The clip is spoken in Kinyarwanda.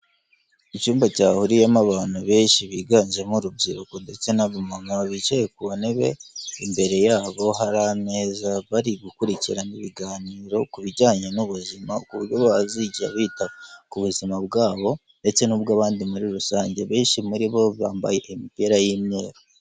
Icyumba cyahuriyemo abantu benshi biganjemo urubyiruko ndetse n'aba mama bicaye ku ntebe, imbere yabo hari ameza bari gukurikirana ibiganiro ku bijyanye n'ubuzima ku buryo bazajya bita ku buzima bwabo ndetse n'ubw'abandi muri rusange, benshi muri bo bambaye imipira y'umweru.